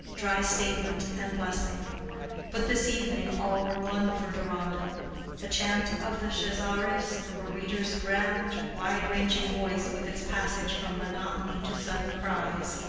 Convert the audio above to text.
dry statement and blessing but this evening, all were one for deronda the chant of the chazaris or reader's grand wide-ranging voice with its passage from monotony to sudden cries,